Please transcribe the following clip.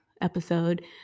episode